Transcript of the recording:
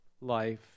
life